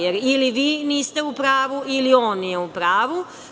Jer, ili vi niste u pravu ili on nije u pravu.